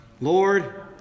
Lord